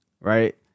right